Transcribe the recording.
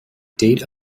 date